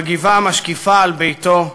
בגבעה המשקיפה על ביתו,